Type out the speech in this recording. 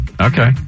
Okay